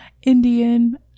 Indian